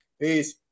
Peace